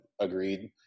agreed